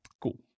Cool